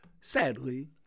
Sadly